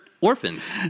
Orphans